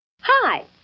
Hi